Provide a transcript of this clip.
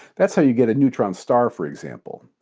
that's how you get a neutron star for example.